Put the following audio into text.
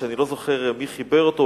שאני לא זוכר מי חיבר אותו,